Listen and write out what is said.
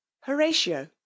Horatio